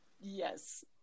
Yes